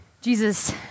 Jesus